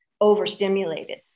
overstimulated